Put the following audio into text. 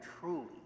truly